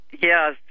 yes